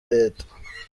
leta